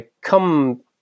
come